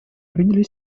приняли